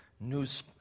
news